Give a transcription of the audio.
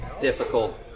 difficult